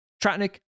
Tratnik